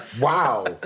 Wow